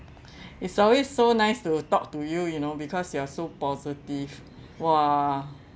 it's always so nice to talk to you you know because you are so positive !wah!